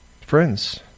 Friends